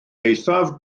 eithaf